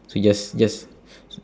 so just just